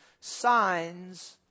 Signs